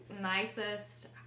nicest